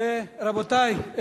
רבותי.